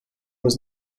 was